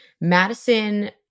Madison